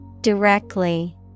Directly